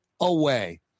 away